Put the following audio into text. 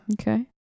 okay